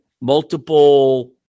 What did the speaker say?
multiple